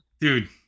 Dude